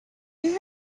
you